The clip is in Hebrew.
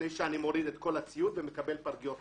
לפני שאני מוריד את כל הציוד ומקבל פרגיות חדשות.